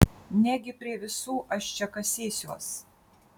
negi prie visų aš čia kasysiuos